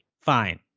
Fine